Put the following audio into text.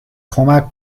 کمک